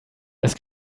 das